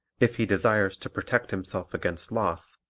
if he desires to protect himself against loss,